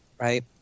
right